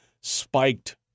spiked